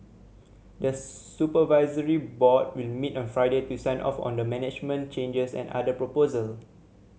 the supervisory board will meet on Friday to sign off on the management changes and other proposal